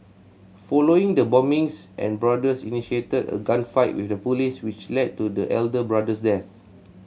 following the bombings and brothers initiated a gunfight with the police which led to the elder brother's death